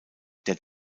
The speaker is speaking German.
der